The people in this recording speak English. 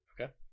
Okay